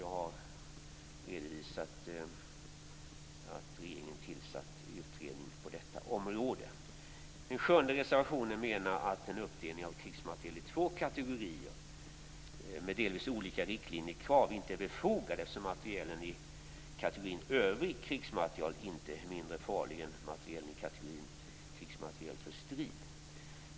Jag har redovisat att regeringen har tillsatt en utredning på området. I den sjunde reservationen menar man att en uppdelning av krigsmateriel i två kategorier med delvis olika riktlinjekrav inte är befogad, eftersom materielen i kategorin övrig krigsmateriel inte är mindre farlig än materielen i kategorin krigsmateriel för strid.